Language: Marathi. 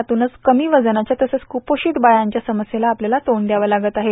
यातूनच कमी वजनाच्या तसंच कुपोषित बाळांच्या समस्येला आपल्याला तोंड द्यावं लागत आहे